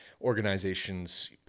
organizations